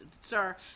sir